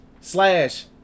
slash